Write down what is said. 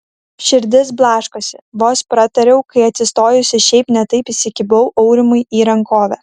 širdis blaškosi vos pratariau kai atsistojusi šiaip ne taip įsikibau aurimui į rankovę